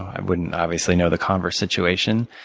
i wouldn't, obviously, know the converse situation.